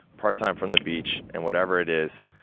part time from the beach, and whatever it is,